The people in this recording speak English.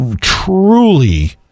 truly